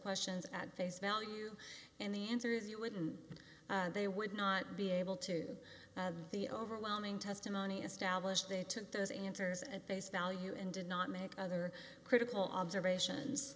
questions at face value and the answers you wouldn't they would not be able to the overwhelming testimony established they took those answers and face value and did not make other critical observations